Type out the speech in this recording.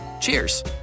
Cheers